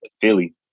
Philly